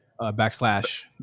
backslash